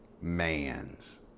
man's